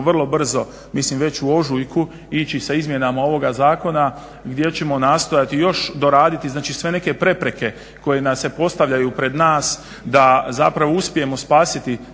vrlo brzo mislim već u ožujku ići sa izmjenama ovoga zakona gdje ćemo nastojati još doraditi znači sve neke prepreke koje nam se postavljaju pred nas da zapravo uspijemo spasiti